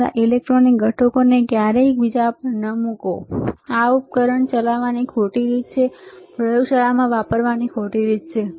તમારા ઈલેક્ટ્રોનિક ઘટકોને ક્યારેય એકબીજા પર ન મૂકોઆ ઉપકરણ ચલાવવાની ખોટી રીત છે પ્રયોગશાળામાં વાપરવાની ખોટી રીત છે